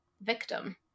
victim